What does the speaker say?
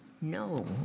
no